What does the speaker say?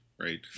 Right